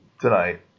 Tonight